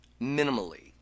minimally